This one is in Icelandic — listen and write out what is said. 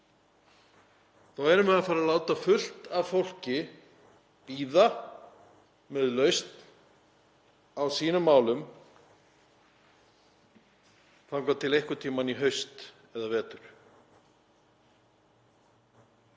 Þá erum við að fara að láta fullt af fólki bíða með lausn á sínum málum þangað til einhvern tímann í haust eða vetur.